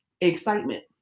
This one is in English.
excitement